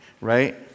right